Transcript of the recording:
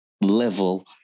level